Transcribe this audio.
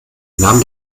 nahm